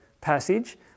passage